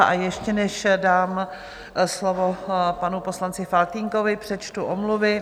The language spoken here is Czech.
A ještě než dám slovo panu poslanci Faltýnkovi, přečtu omluvy.